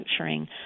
structuring